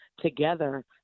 together